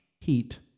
heat